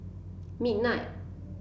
midnight